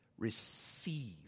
receive